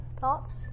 thoughts